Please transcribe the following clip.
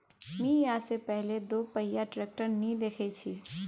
मी या से पहले दोपहिया ट्रैक्टर नी देखे छी